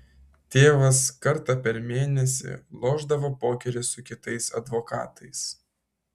tėvas kartą per mėnesį lošdavo pokerį su kitais advokatais